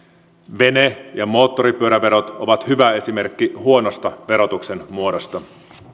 vene ja moottoripyöräverot ovat hyvä esimerkki huonosta verotuksen muodosta